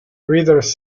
readers